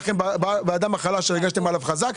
באדם החלש שהרגשתם עליהם חזק.